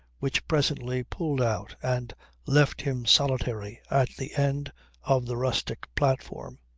which presently pulled out and left him solitary at the end of the rustic platform.